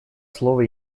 слово